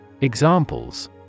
Examples